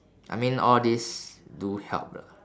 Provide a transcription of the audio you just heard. I mean all this do help lah